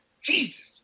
Jesus